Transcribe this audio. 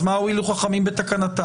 אז מה הועילו חכמים בתקנתם?